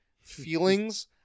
feelings